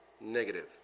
Negative